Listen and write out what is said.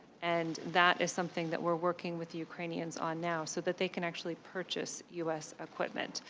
and that is something that we are working with the ukrainians on now so that they can actually purchase u s. equipment.